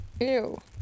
Ew